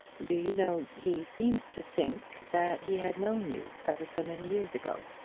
do you know he seemed to think that he had known you ever so many years ago.